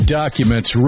documents